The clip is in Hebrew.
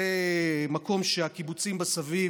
זה מקום שבקיבוצים מסביב,